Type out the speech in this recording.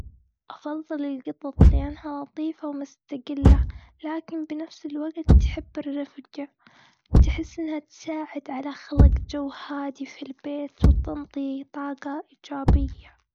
أفضل القطط، لأنها لطيفة ومستقلة. لكن بنفس الوقت، تحب الرفقة. تحس إنها تساعد على خلق جو هادي في البيت وتنطي طاقة إيجابية.